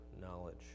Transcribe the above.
knowledge